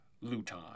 Luton